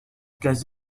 classe